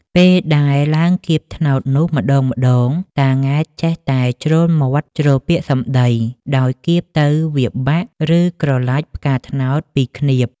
ពេលដែលឡើងគាបត្នោតនោះ ម្តងៗ តាង៉ែតចេះតែជ្រុលមាត់ ជ្រុលពាក្យសម្ដី ដោយគាបទៅវាបាក់ ឬក្រឡាច់ផ្កាត្នោតពីឃ្នាប ។